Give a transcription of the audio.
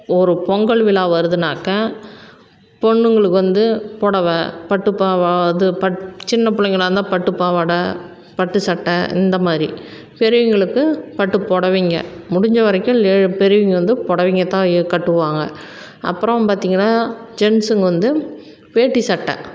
ஒரு பொங்கல் விழா வருதுனாக்கால் பொண்ணுங்களுக்கு வந்து புடவை பட்டு பாவா இது பட் சின்ன பிள்ளைங்களா இருந்தால் பட்டுப் பாவாடை பட்டு சட்டை இந்தமாதிரி பெரியவர்களுக்கு பட்டு புடவைங்க முடிஞ்சவரைக்கும் லே பெரியவங்கள் வந்து புடவைங்க தான் கட்டுவாங்க அப்புறம் பார்த்தீங்கன்னா ஜென்ஸுங்க வந்து வேட்டி சட்டை